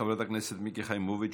חברת הכנסת מיקי חיימוביץ',